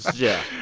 yeah.